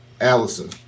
Allison